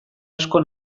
asko